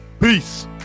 peace